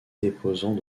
déposant